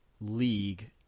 league